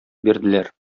бирделәр